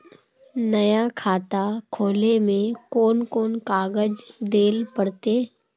नया खाता खोले में कौन कौन कागज देल पड़ते?